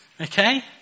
Okay